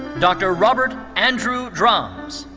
dr. robert andrew dromms.